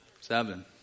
Seven